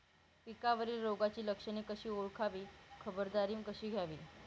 पिकावरील रोगाची लक्षणे कशी ओळखावी, खबरदारी कशी घ्यावी?